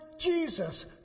Jesus